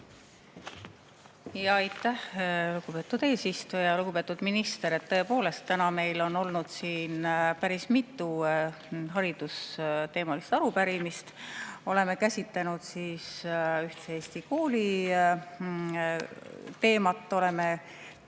Aitäh, lugupeetud eesistuja! Lugupeetud minister! Tõepoolest, täna meil on olnud siin päris mitu haridusteemalist arupärimist. Me oleme käsitlenud ühtse Eesti kooli teemat, oleme